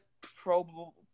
probable –